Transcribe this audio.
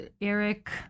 eric